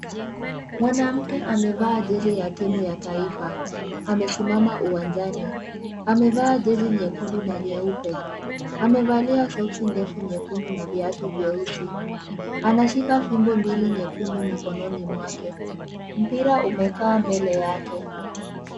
Mwanamke amevaa jezi ya timu ya taifa. Amesimama uwanjani. Amevaa jezi nyekundu na nyeupe. Amevalia soksi ndefu nyekundu na viatu vyeusi. Anashika fimbo mbili nyekundu mikononi mwake. Mpira umekaa mbele yake.